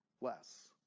less